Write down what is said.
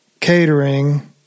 catering